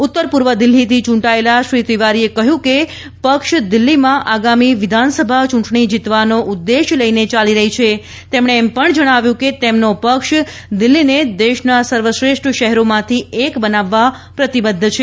ઉત્તર પૂર્વ દિલ્હીથી ચૂંટાયેલા શ્રી તિવારીએ કહ્યું કે પક્ષ દિલ્હીમાં આગામી વિધાનસભા ચ્યૂંટણી જીતવાનો ઉદ્દેશ લઇને ચાલી રહી છે તેમણે એમ પણ જજ્ઞાવ્યું કે તેમનો પક્ષ દિલ્હીને દેશના સર્વશ્રેષ્ઠ શહેરોમાંથી એક બનાવવા પ્રતિબદ્ધ છે